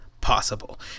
possible